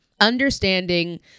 understanding